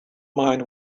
mind